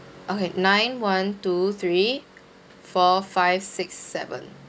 okay nine one two three four five six seven